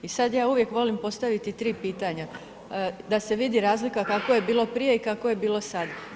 I sad ja uvijek volim postaviti 3 pitanja da se vidi razlika kako je bilo prije i kako je bilo sad.